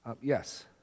Yes